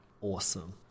Awesome